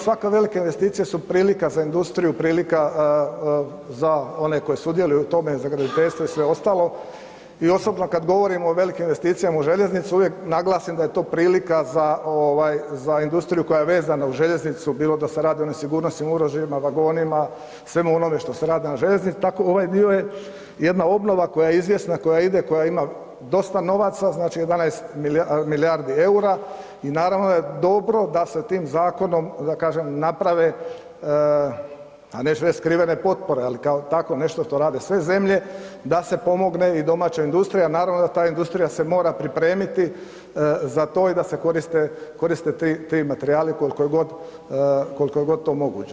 Svake velike investicije su prilika za industriju, prilika za one koji sudjeluju u tome za graditeljstvo i sve ostalo i osobno kada govorim o velikim investicijama u željeznici uvijek naglasim da je to prilika za industriju koja je vezana uz željeznicu bilo da se radi o sigurnosnim uređajima, vagonima, svemu onome što se radi na željezni, tako ovaj dio je jedna obnova koja je izvjesna koja ide, koja ima dosta novaca, znači 11 milijardi eura i naravno da je dobro da se tim zakonom naprave, a neću reći skrivene potpore, ali kao tako nešto što rade sve zemlje da se pomogne i domaćoj industriji, a naravno da se ta industrija mora pripremiti za to i da se koriste ti materijali koliko je god to moguće.